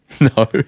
No